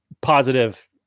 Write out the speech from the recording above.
positive